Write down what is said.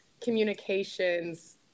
communications